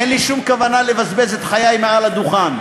אין לי שום כוונה לבזבז את חיי מעל הדוכן.